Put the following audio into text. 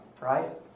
right